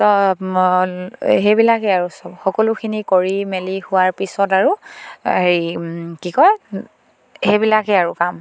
সেইবিলাকেই আৰু চব সকলোখিনি কৰি মেলি হোৱাৰ পিছত আৰু হেৰি কি কয় সেইবিলাকেই আৰু কাম